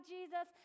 Jesus